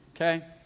okay